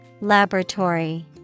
Laboratory